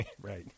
right